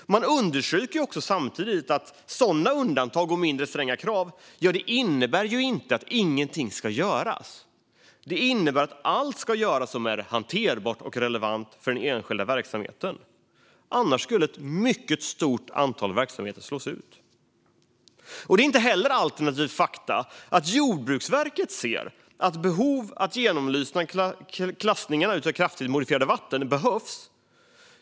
Samtidigt understryker man att sådana undantag och mindre stränga krav inte innebär att ingenting ska göras. Det innebär att allt ska göras som är hanterbart och relevant för den enskilda verksamheten. Annars skulle ett mycket stort antal verksamheter slås ut. Det är inte heller ett alternativt faktum att Jordbruksverket säger att ett genomförande av klassning av kraftigt modifierade vatten behövs.